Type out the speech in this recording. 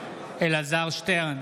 אלעזר שטרן,